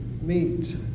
meet